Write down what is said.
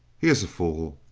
he is a fool.